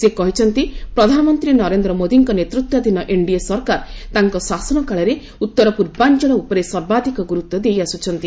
ସେ କହିଛନ୍ତି ପ୍ରଧାନମନ୍ତ୍ରୀ ନରେନ୍ଦ୍ର ମୋଦିଙ୍କ ନେତୃତ୍ୱାଧୀନ ଏନ୍ଡିଏ ସରକାର ତାଙ୍କ ଶାସନ କାଳରେ ଉତ୍ତର ପୂର୍ବାଞ୍ଚଳ ଉପରେ ସର୍ବାଧିକ ଗୁରୁତ୍ୱ ଦେଇଆସୁଛନ୍ତି